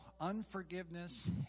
unforgiveness